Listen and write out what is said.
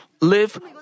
live